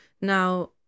now